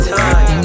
time